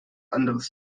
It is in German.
anderes